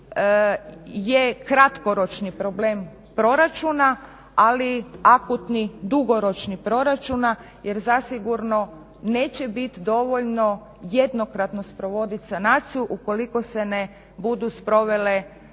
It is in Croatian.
je kratkoročni problem proračuna, ali akutni dugoročnih proračuna jer zasigurno neće biti dovoljno jednokratno sprovodit sanaciju ukoliko se ne budu sprovele